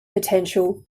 potential